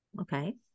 Okay